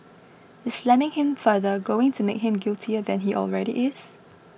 is slamming him further going to make him guiltier than he already is